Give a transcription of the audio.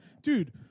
Dude